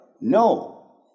no